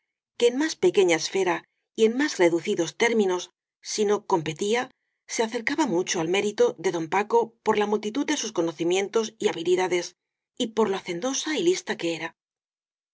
que en más pequeña esfera y en más reducidos términos si no competía se acercaba mucho al mé rito de don paco por la multitud de sus conoci mientos y habilidades y por lo hacendosa y lista que era